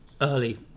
early